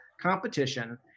competition